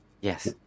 Yes